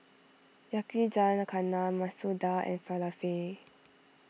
Yakizakana Masoor Dal and Falafel